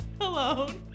alone